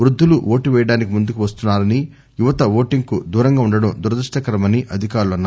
వృద్దులు ఓటు పేయడానికి ముందకు వస్తున్సారని యువత ఓటింగ్ కు దూరంగా ఉండడం దురదృష్ణకరమని అధికారులు అన్నారు